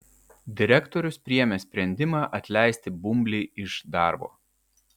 direktorius priėmė sprendimą atleisti bumblį iš darbo